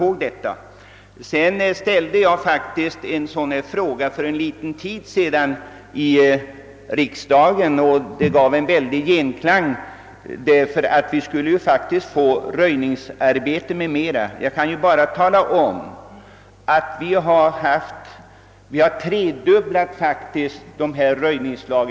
För en tid sedan framställde jag en fråga angående sysselsättningen som rörde det område vi nu diskuterar, och den gav stark genklang och gjorde att vi sedan kunde sätta i gång bl.a. röjningsarbeten i mycket större omfattning än tidigare. Jag kan nämna att inom mitt skogsvårdsdistrikt har vi nu tredubblat antalet röjningslag.